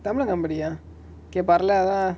tamilan company ah okay பரவால:paravala lah